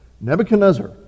Nebuchadnezzar